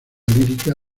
lírica